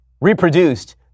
reproduced